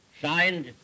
signed